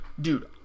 dude